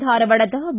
ಧಾರವಾಡದ ಬಿ